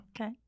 Okay